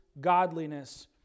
godliness